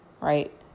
right